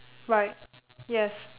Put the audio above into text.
right yes